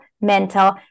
mental